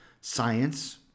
Science